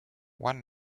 one